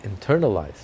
internalized